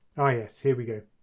ah yes, here we go.